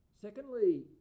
Secondly